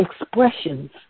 expressions